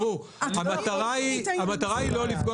המטרה היא לא לפגוע.